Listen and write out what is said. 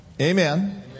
Amen